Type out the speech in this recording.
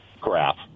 graph